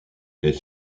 est